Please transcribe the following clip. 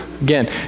Again